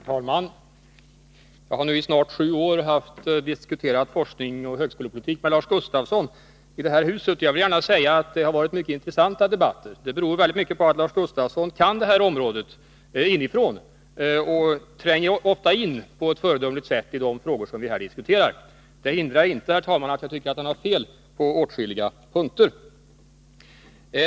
Herr talman! Jag har nu i snart sju år diskuterat forskning och högskolepolitik med Lars Gustafsson i detta hus. Jag vill gärna säga att det har varit mycket intressanta debatter. Det beror mycket på att Lars Gustafsson kan detta område inifrån, och han tränger ofta in på ett föredömligt sätt i de frågor vi här diskuterar. Detta hindrar inte, herr talman, att jag tycker att han har fel på åtskilliga punkter.